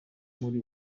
muri